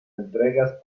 entregas